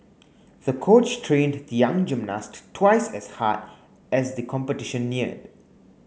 the coach trained the young gymnast twice as hard as the competition neared